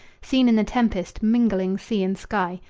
seen in the tempest, mingling sea and sky,